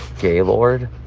gaylord